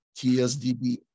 TSDB